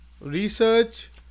Research